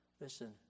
listen